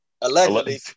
Allegedly